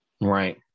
Right